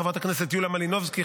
חברת הכנסת יוליה מלינובסקי,